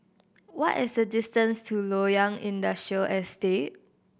what is the distance to Loyang Industrial Estate